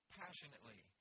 passionately